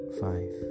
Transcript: Five